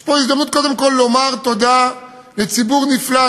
יש פה הזדמנות קודם כול לומר תודה לציבור נפלא,